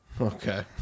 Okay